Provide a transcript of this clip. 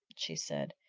she said,